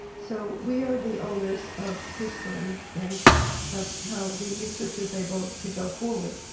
so we are the owners of his brain, and that's how the research is able to go forward.